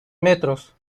metros